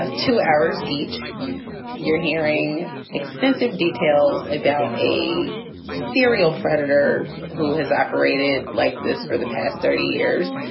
ah two hours each you're hearing extensive details about a serial predator who has operated like this for the past thirty years,